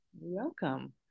welcome